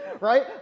right